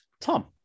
Tom